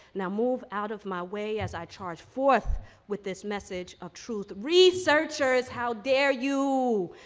now, move out of my way as i charge forth with this message of truth. researchers, how dare you?